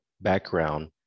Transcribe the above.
background